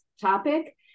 topic